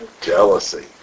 Jealousy